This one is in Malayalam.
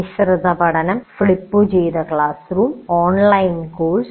മിശ്രിത പഠനം ഫ്ലിപ്പുചെയ്ത ക്ലാസ് റൂം ഓൺലൈൻ കോഴ്സ്